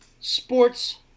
Sports